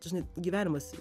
čia žinai gyvenimas